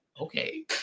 okay